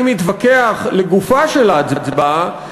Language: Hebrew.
למרות שאני מתווכח לגופה של ההצבעה,